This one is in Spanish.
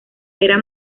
era